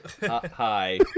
Hi